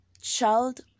Child